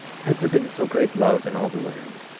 has there been so great love in all the land?